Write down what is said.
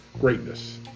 greatness